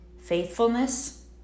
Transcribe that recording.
faithfulness